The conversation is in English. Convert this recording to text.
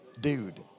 dude